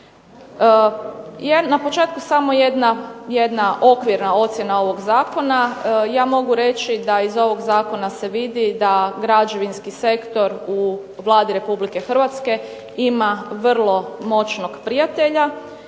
na početku samo jedna okvirna ocjena ovog zakona. Ja mogu reći da iz ovog zakona se vidi da građevinski sektor u Vladi Republike Hrvatske ima vrlo moćnog prijatelja